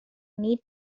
need